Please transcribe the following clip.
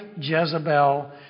Jezebel